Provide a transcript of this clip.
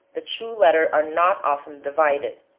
the two latter are not often divided.